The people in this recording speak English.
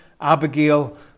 Abigail